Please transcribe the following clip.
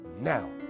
now